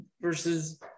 versus